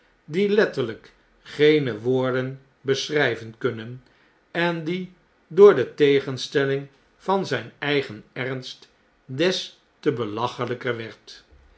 die letterljjk geene woorden beschrijven kunnen en die door de tegenstelling van zn'n eigen ernst des te belachelijker werd